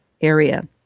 area